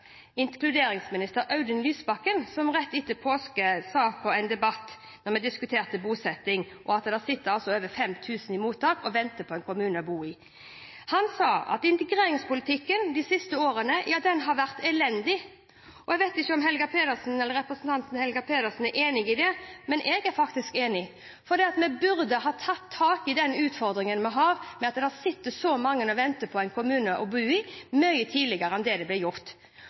inkluderingsminister Audun Lysbakken, som rett etter påske i en debatt da vi diskuterte bosetting og at det sitter over 5 000 i mottak og venter på en kommune å bo i, sa at integreringspolitikken de siste årene har vært elendig. Jeg vet ikke om representanten Helga Pedersen er enig i det, men jeg er faktisk enig. Vi burde ha tatt tak i den utfordringen vi har med at det sitter så mange og venter på en kommune å bo i, mye tidligere enn det som ble gjort.